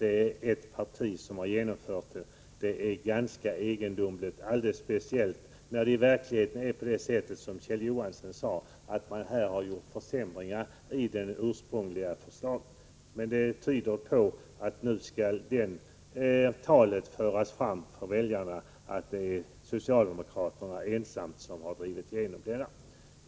Det är ganska egendomligt att man därefter vill påstå att det är socialdemokraterna som har genomfört skattereformen — speciellt som det i verkligheten är så, som Kjell Johansson sade, att vad socialdemokraterna gjort är försämringar i det ursprungliga förslaget. Allt tyder nu på att man nu inför väljarna skall framställa det så, som om socialdemokraterna ensamma har drivit igenom reformen.